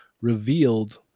revealed